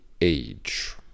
age